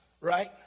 right